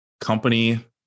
company